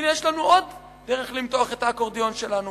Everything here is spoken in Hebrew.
הנה יש לנו עוד דרך למתוח את האקורדיון שלנו